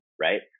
right